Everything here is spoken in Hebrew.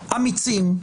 אמיצים,